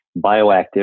bioactive